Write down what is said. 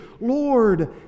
Lord